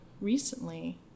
recently